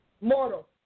mortal